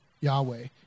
Yahweh